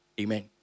Amen